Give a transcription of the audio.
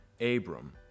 Abram